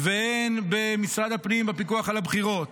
והן במשרד הפנים בפיקוח על הבחירות